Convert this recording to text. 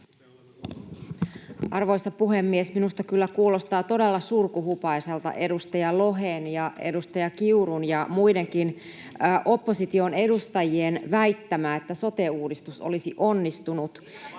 Arvoisa puhemies! Minusta kyllä kuulostaa todella surkuhupaisalta edustaja Lohen ja edustaja Kiurun ja muidenkin opposition edustajien väittämä, että sote-uudistus olisi onnistunut.